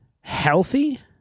healthy